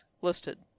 listed